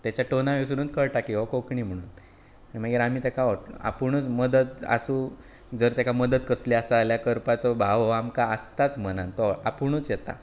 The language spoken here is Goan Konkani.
तेच्या टोना वयरसुनूत कळटा की हो कोंकणी म्हणून मागीर आमी तेका हट आपुणूच मदत आसूं जर तेका मदत कसली आसा जाल्यार करपाचो भाव हो आमकां आसताच मनान तो आपुणूच येता